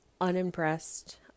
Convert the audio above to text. unimpressed